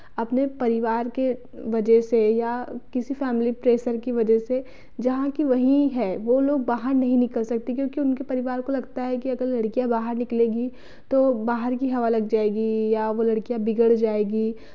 अपने परिवार के वजह से या किसी फैमिली प्रेशर की वजह से जहाँ की वही है वो बाहर नहीं निकल सकते क्योंकि उनके परिवार को लगता है कि अगर लड़कियां बाहर निकलेगी तो बाहर की हवा लग जाएगी या वो लड़कियां बिगड़ जाएंगी